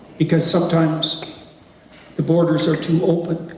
because sometimes the boarders are too open,